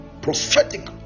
prophetic